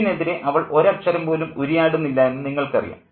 ഇതിനെതിരേ അവൾ ഒരക്ഷരം പോലും ഉരിയാടുന്നില്ല എന്ന് നിങ്ങൾക്കറിയാം